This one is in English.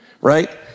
Right